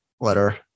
letter